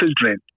children